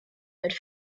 mit